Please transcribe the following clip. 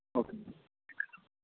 okay